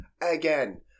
again